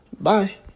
Bye